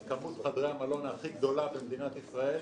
עם כמות חדרי המלון הכי גדולה במדינת ישראל,